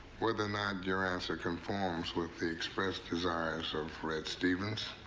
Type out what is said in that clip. whether or not your answer. conforms with the expressed desires of red stevens,